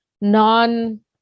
non